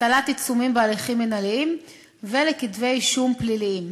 להטלת עיצומים בהליכים מינהליים ולכתבי-אישום פליליים.